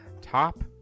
Top